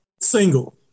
single